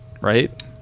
right